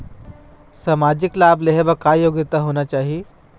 सामाजिक लाभ लेहे बर का योग्यता होना चाही?